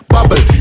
Bubble